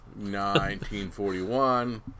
1941